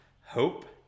Hope